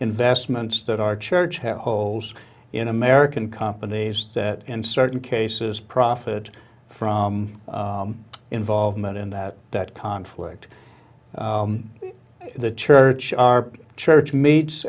investments that our church have holes in american companies that in certain cases profit from involvement in that that conflict the church our church meets